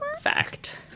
Fact